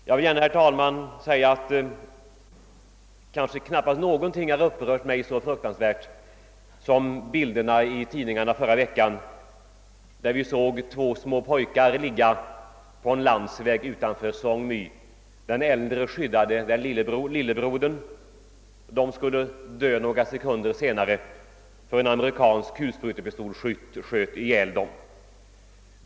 Jag vill gärna säga, herr talman, att knappast någonting annat har upprört mig så fruktansvärt den senaste tiden som bilderna i tidningarna i förra veckan, där vi såg två små pojkar ligga på en landsväg utanför Song My. Den äldre pojken skyddade lillebrodern. De skulle dö några sekunder senare, då en amerikansk kulsprutepistolskytt sköt ihjäl dem.